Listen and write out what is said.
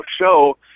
show